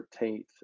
13th